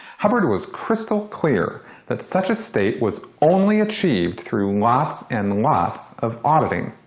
hubbard was crystal clear that such a state was only achieved through lots and lots of auditing.